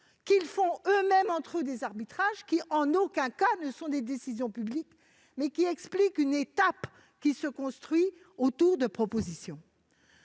; ils font eux-mêmes, entre eux, des arbitrages qui ne sont en aucun cas des décisions publiques, mais expliquent une étape qui se construit autour de propositions.